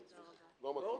עזוב אותי, לא מתאים.